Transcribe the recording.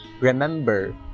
Remember